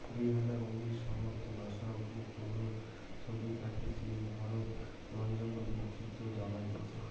দুই হাজার উনিশ সনত নাসা উপগ্রহর ছবি থাকি চীন, ভারত বনজঙ্গল বিদ্ধিত জানা গেইছে